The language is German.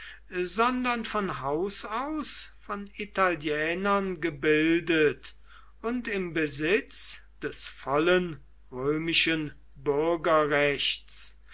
sondern von haus aus von italienern gebildet und im besitz des vollen römischen bürgerrechts